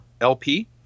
LP